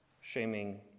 shaming